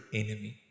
enemy